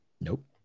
Nope